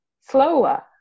slower